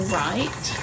right